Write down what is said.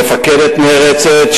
מפקדת נערצת,